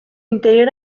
interior